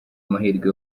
amahirwe